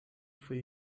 fue